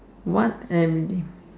what every name